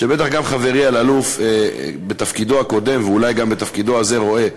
שבטח גם חברי אלאלוף בתפקידו הקודם ואולי גם בתפקידו הזה רואה,